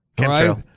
right